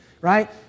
right